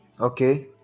Okay